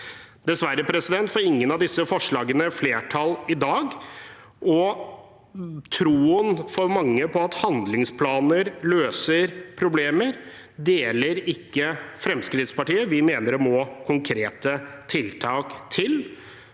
Dessverre får ingen av disse forslagene flertall i dag, og troen mange har på at handlingsplaner løser problemer, deler ikke Fremskrittspartiet. Vi mener det må konkrete tiltak til,